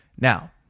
Now